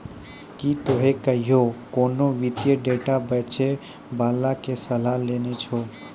कि तोहें कहियो कोनो वित्तीय डेटा बेचै बाला के सलाह लेने छो?